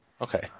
Okay